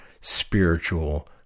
spiritual